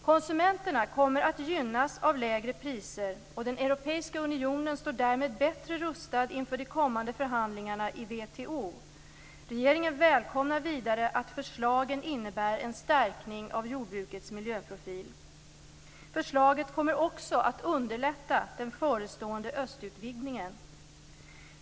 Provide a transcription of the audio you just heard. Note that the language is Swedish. Konsumenterna kommer att gynnas av lägre priser, och den europeiska unionen står därmed bättre rustad inför de kommande förhandlingarna i WTO. Regeringen välkomnar vidare att förslagen innebär en stärkning av jordbrukets miljöprofil. Förslaget kommer också att underlätta den förestående östutvidgningen.